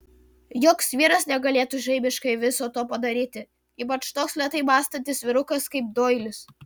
joks vyras negalėtų žaibiškai viso to padaryti ypač toks lėtai mąstantis vyrukas kaip doilis